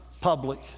public